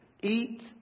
eat